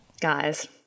Guys